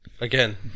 again